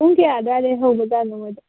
ꯄꯨꯡ ꯀꯌꯥ ꯑꯗ꯭ꯋꯥꯏꯗꯩ ꯍꯧꯕ ꯖꯥꯠꯅꯣ ꯃꯣꯏꯗꯣ